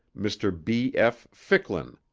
mr. b. f. ficklin,